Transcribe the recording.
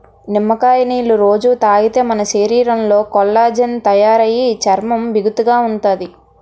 నిమ్మకాయ నీళ్ళు రొజూ తాగితే మన శరీరంలో కొల్లాజెన్ తయారయి చర్మం బిగుతుగా ఉంతాది